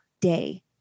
day